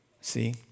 see